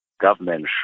Government